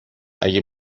اگه